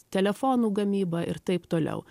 telefonų gamyba ir taip toliau